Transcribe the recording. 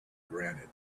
granite